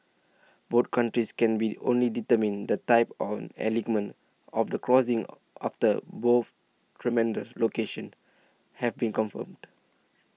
both countries can be only determine the type on alignment of the crossing after both terminus locations have been confirmed